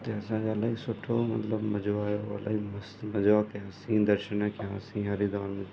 हुते असांजा अलाई सुठो मतिलबु मज़ो आहियो इलाही मस्ती मज़ो कयासी दर्शन कयासी हरिद्वार में